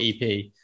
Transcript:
ep